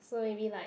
so maybe like